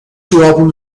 خیابون